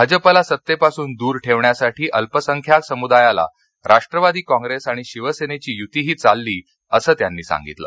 भाजपला सत्तेपासून दूर ठेवण्यासाठी अल्पसंख्याक समुदायाला राष्ट्रवादी काँग्रेस आणि शिवसेनेची युतीही चालली असं त्यांनी सांगितलं